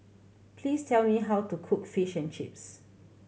please tell me how to cook Fish and Chips